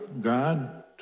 God